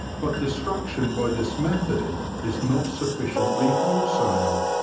but destruction by this method is not sufficiently wholesale,